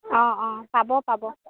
অঁ অঁ পাব পাব